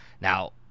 Now